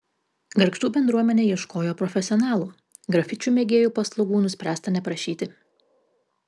gargždų bendruomenė ieškojo profesionalų grafičių mėgėjų paslaugų nuspręsta neprašyti